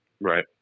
Right